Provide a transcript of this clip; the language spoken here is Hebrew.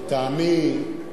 לטעמי,